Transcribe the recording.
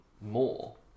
more